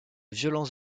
violents